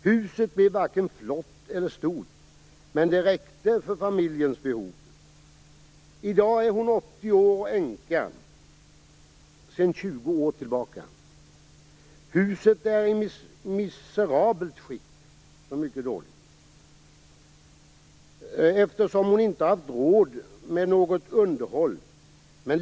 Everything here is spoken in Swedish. Huset blev varken flott eller stort, men det räckte för familjens behov. I dag är kvinnan 80 år och änka sedan 20 år. Huset är i miserabelt skick - mycket dåligt - eftersom hon inte har haft råd med något underhåll.